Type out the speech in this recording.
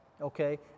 okay